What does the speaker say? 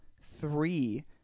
three